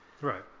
Right